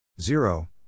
Zero